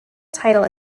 title